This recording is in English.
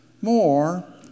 more